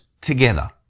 together